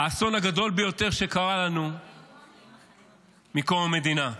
האסון הגדול ביותר שקרה לנו מקום המדינה.